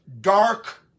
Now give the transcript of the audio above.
dark